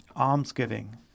almsgiving